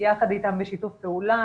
יחד איתם בשיתוף פעולה,